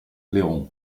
león